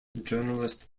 journalist